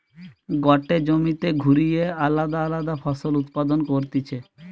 গটে জমিতে ঘুরিয়ে আলদা আলদা ফসল উৎপাদন করতিছে